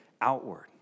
outward